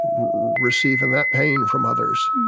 receiving that pain from others.